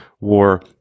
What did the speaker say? War